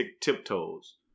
tiptoes